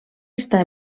estar